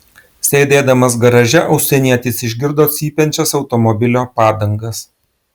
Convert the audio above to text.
sėdėdamas garaže užsienietis išgirdo cypiančias automobilio padangas